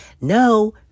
No